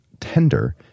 tender